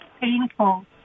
painful